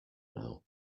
now